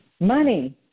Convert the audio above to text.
Money